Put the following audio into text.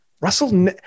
Russell